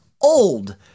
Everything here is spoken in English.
old